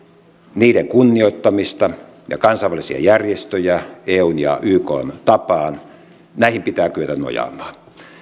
niiden kunnioittamista ja kansainvälisiä järjestöjä eun ja ykn tapaan näihin pitää kyetä nojaamaan